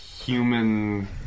human